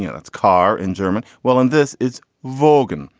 yeah that's car in german. well, in this, it's voguing.